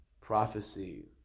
Prophecy